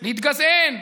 להתגזען,